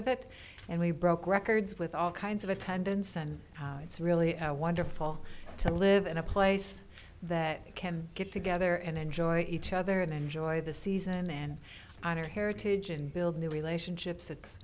of it and we broke records with all kinds of attendance and it's really wonderful to live in a place that you can get together and enjoy each other and enjoy the season and honor heritage and build new relationships it's